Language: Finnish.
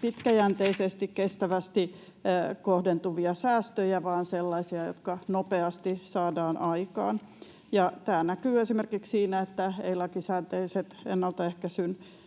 pitkäjänteisesti, kestävästi kohdentuvia säästöjä vaan sellaisia, jotka nopeasti saadaan aikaan. Tämä näkyy esimerkiksi siinä, että ei-lakisääteiset ennaltaehkäisyn